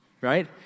right